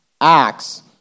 Acts